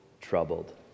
troubled